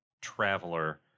traveler